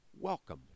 welcome